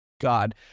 God